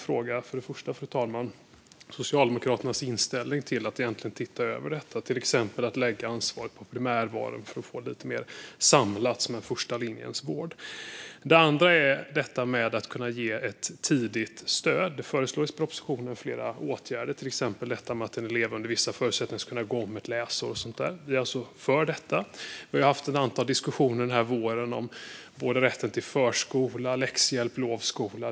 Min första fråga gäller Socialdemokraternas inställning till att se över detta, till exempel att lägga ansvaret på primärvården för att få det mer samlat, som en första linjens vård. Det andra jag undrar över gäller att kunna ge tidigt stöd. I propositionen föreslås flera åtgärder, till exempel att en elev under vissa omständigheter ska kunna gå om ett läsår. Vi är för det. Vi har under våren haft ett antal diskussioner om rätten till förskola, läxhjälp och lovskola.